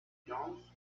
jones